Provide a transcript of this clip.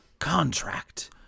contract